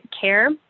care